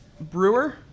Brewer